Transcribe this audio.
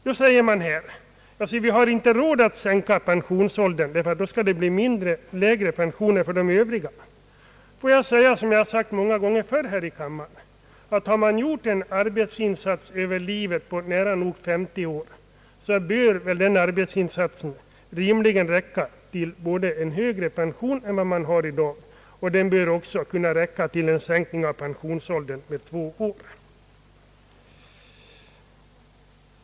Då säger man: Vi har inte råd att sänka pensionsåldern, därför att då skulle det bli lägre pensioner för övriga grupper. Jag vill säga som jag sagt många gånger förr här i kammaren: Har man gjort en arbetsinsats under nära nog 50 år, bör väl denna arbetsinsats rimligen räcka både till en högre pension än den man har i dag och till en sänkning av pensionsåldern med två år.